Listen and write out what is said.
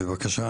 בבקשה,